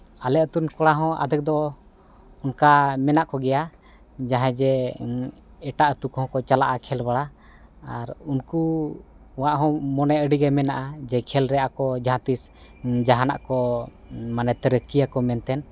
ᱟᱞᱮ ᱟᱹᱛᱩ ᱨᱮᱱ ᱠᱚᱲᱟ ᱦᱚᱸ ᱟᱫᱷᱮᱠ ᱫᱚ ᱚᱱᱠᱟ ᱢᱮᱱᱟᱜ ᱠᱚᱜᱮᱭᱟ ᱡᱟᱦᱟᱸ ᱡᱮ ᱮᱴᱟᱜ ᱟᱹᱛᱩ ᱠᱚᱦᱚᱸ ᱠᱚ ᱪᱟᱞᱟᱜᱼᱟ ᱠᱷᱮᱞ ᱵᱟᱲᱟ ᱟᱨ ᱩᱱᱠᱩᱣᱟᱜ ᱦᱚᱸ ᱢᱚᱱᱮ ᱟᱹᱰᱤ ᱜᱮ ᱢᱮᱱᱟᱜᱼᱟ ᱡᱮ ᱠᱷᱮᱞᱨᱮ ᱟᱠᱚ ᱡᱟᱦᱟᱸ ᱛᱤᱥ ᱡᱟᱦᱟᱱᱟᱜ ᱠᱚ ᱢᱟᱱᱮ ᱛᱟᱹᱨᱠᱤᱭᱟᱠᱚ ᱢᱮᱱᱛᱮᱫ